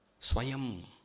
Swayam